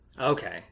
okay